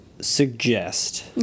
suggest